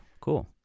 cool